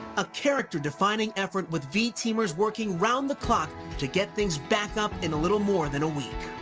a character defining effort with v teamers working around the clock to get things back up in a little more than a week.